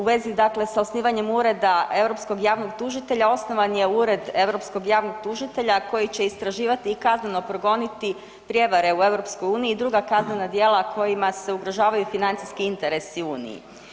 U vezi dakle s osnivanjem Ureda europskog javnog tužitelja, osnovan je Ured europskog javnog tužitelja koji će istraživati i kazneno progoniti prijevare u EU i druga kaznena djela kojima se ugrožavaju financijski interesi u Uniji.